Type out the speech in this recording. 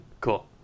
Cool